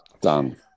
Done